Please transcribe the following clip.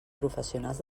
professionals